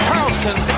Carlson